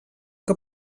que